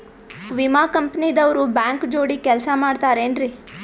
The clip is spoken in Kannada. ವಿಮಾ ಕಂಪನಿ ದವ್ರು ಬ್ಯಾಂಕ ಜೋಡಿ ಕೆಲ್ಸ ಮಾಡತಾರೆನ್ರಿ?